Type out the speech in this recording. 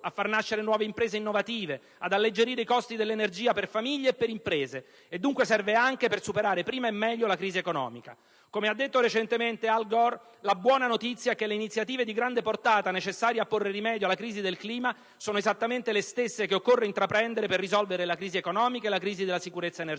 a far nascere nuove imprese innovative, ad alleggerire i costi dell'energia per famiglie e per imprese, e dunque serve anche per superare prima e meglio la crisi economica. Come ha detto recentemente Al Gore: «La buona notizia è che le iniziative di grande portata necessarie a porre rimedio alla crisi del clima sono esattamente le stesse che occorre intraprendere per risolvere la crisi economica e la crisi della sicurezza energetica».